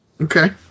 Okay